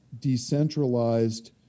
decentralized